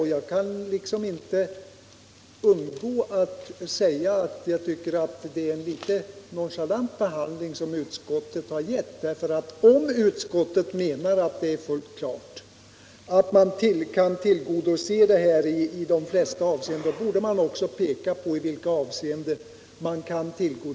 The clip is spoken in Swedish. Enligt min mening är det en litet nonchalant behandling som utskottet gett vårt förslag, därför att om utskottet menar att det är fullt klart att man kan tillgodose dessa intressen i de flesta avseenden borde utskottet också peka på i vilka avseenden detta är möjligt.